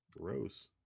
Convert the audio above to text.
Gross